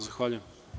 Zahvaljujem.